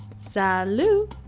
Salut